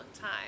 time